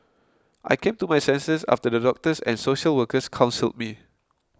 I came to my senses after the doctors and social workers counselled me